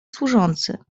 służący